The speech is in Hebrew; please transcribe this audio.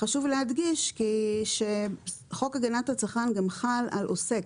חשוב להדגיש שחוק הגנת הצרכן גם חל על עוסק,